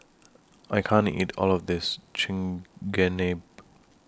I can't eat All of This Chigenabe